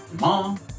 mom